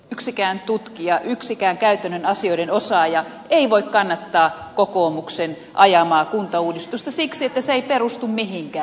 yksikään tutkija yksikään käytännön asioiden osaaja ei voi kannattaa kokoomuksen ajamaa kuntauudistusta siksi että se ei perustu mihinkään